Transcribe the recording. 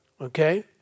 Okay